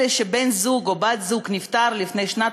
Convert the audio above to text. אלה שבן-הזוג או בת-הזוג נפטרו לפני שנת